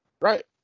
Right